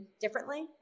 differently